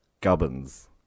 Gubbins